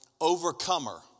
Overcomer